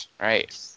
Right